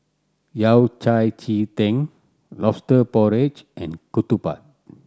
Yao Cai ji tang Lobster Porridge and ketupat